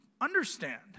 Understand